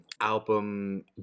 album